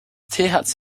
thc